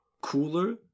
cooler